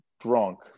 drunk